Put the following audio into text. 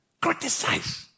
Criticize